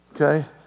okay